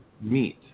meat